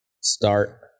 start